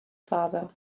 father